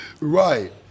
Right